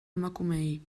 emakumeei